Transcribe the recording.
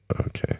okay